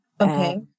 Okay